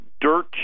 dirt